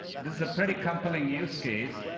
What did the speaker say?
this is a pretty compelling use case.